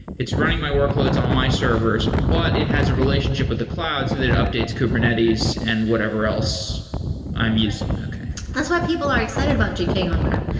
it's running my workloads on my servers, but it has a relationship with the cloud so that it updates kubernetes and whatever else i'm using. okay that's why people are excited about gke on-prem,